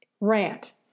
Rant